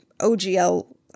OGL